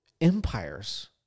empires